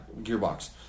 gearbox